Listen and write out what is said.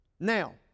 Now